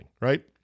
right